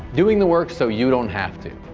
doing the work so you don't have to.